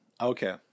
Okay